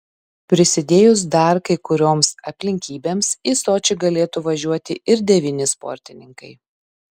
prisidėjus dar kai kurioms aplinkybėms į sočį galėtų važiuoti ir devyni sportininkai